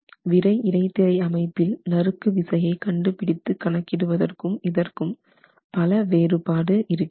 விறைஇடைத்திரை அமைப்பில் நறுக்கு விசையை கண்டுபிடித்து கணக்கிடுவதற்கும் இதற்கும் பல வேறுபாடு இருக்கிறது